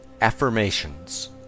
Affirmations